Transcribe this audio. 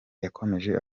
yakomeje